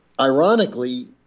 ironically